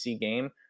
game